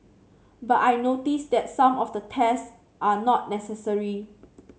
but I notice that some of the tests are not necessary